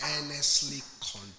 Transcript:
earnestly